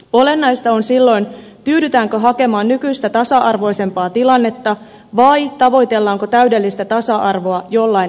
olennaista on silloin tyydytäänkö hakemaan nykyistä tasa arvoisempaa tilannetta vai tavoitellaanko täydellistä tasa arvoa jollain elämän alalla